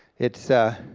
it's a,